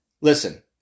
listen